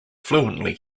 fluently